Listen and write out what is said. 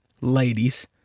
ladies